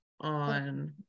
on